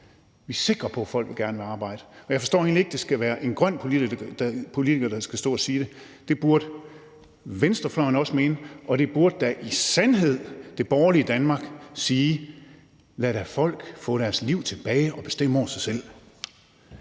Vi er sikre på, at folk gerne vil arbejde, og jeg forstår egentlig ikke, at det skal være en grøn politiker, der skal stå og sige det, for det burde venstrefløjen også mene, og det borgerlige Danmark burde da i sandhed sige: Lad da folk få deres liv tilbage og bestemme over sig selv.